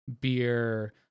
beer